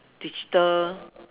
digital